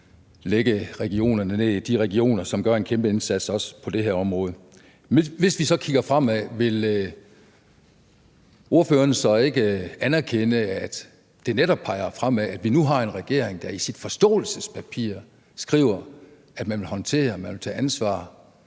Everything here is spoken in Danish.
de regioner, som også på det her område gør en kæmpe indsats. Hvis vi så kigger fremad, vil ordføreren så ikke anerkende, at det netop peger fremad, at vi nu har en regering, der i sit forståelsespapir skriver, at man vil håndtere, tage ansvar